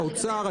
האוצר,